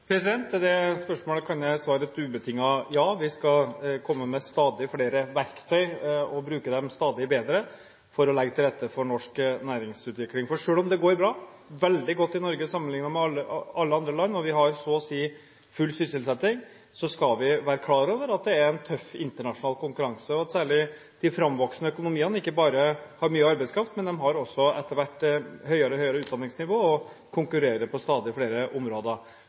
det spørsmålet kan jeg svare et ubetinget ja. Vi skal komme med stadig flere verktøy, og bruke dem stadig bedre, for å legge til rette for norsk næringsutvikling. For selv om det går bra, veldig godt i Norge sammenliknet med alle andre land – vi har så å si full sysselsetting – skal vi være klar over at det er en tøff internasjonal konkurranse, og at særlig de framvoksende økonomiene ikke bare har mye arbeidskraft, men har også etter hvert høyere utdanningsnivå og konkurrerer på stadig flere områder.